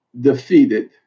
defeated